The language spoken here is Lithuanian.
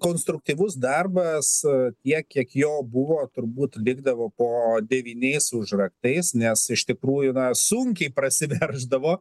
konstruktyvus darbas tiek kiek jo buvo turbūt likdavo po devyniais užraktais nes iš tikrųjų na sunkiai prasiverždavo